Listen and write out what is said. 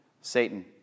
Satan